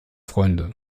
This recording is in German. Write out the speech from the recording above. freunde